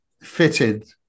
fitted